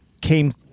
came